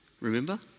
remember